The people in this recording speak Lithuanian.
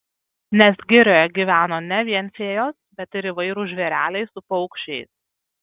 nes girioje gyveno ne vien fėjos bet ir įvairūs žvėreliai su paukščiais